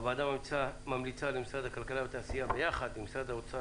הוועדה ממליצה למשרד הכלכלה והתעשייה ביחד עם משרד האוצר,